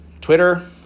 Twitter